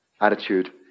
attitude